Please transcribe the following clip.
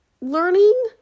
learning